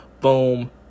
Boom